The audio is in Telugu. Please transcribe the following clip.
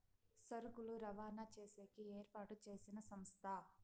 సరుకులు రవాణా చేసేకి ఏర్పాటు చేసిన సంస్థ